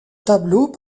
tableaux